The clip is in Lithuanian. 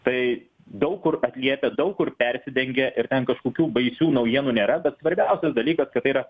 tai daug kur atliepia daug kur persidengia ir ten kažkokių baisių naujienų nėra bet svarbiausias dalykas kad yra